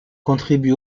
contribue